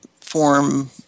form